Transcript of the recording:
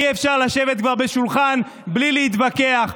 כבר אי-אפשר לשבת בשולחן בלי להתווכח.